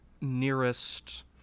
nearest